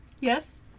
Yes